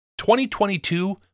2022